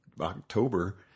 October